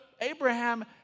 Abraham